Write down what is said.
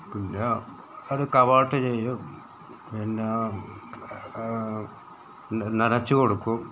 ഇല്ലാ അത് കവാട്ട് ചെയ്യും പിന്നെ നനച്ച് കൊടുക്കും